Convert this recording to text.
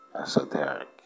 Esoteric